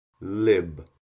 lib